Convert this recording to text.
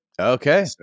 Okay